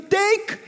take